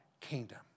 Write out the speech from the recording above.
kingdom